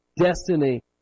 Destiny